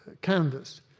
canvas